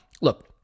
look